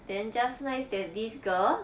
then just nice there's this girl